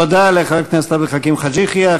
תודה לחבר הכנסת עבד אל חכים חאג' יחיא.